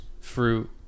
fruit